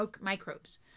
microbes